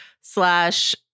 slash